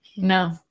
No